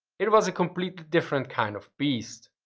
it was a completely different kind of beast,